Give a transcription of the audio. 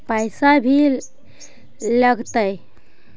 पैसा भी लगतय?